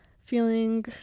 feeling